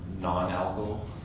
Non-alcohol